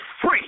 free